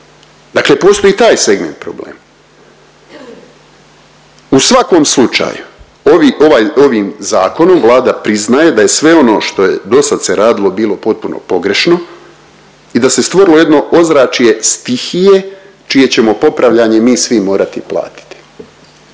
dakle postoji i taj segment problema. U svakom slučaju ovi, ovaj, ovim zakonom Vlada priznaje da je sve ono što je do sad se radilo bilo potpuno pogrešno i da se stvorilo jedno ozračje stihije čije ćemo popravljanje mi svi morati platiti.